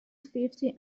fifty